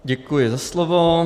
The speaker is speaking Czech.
Děkuji za slovo.